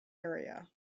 area